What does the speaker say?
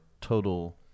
total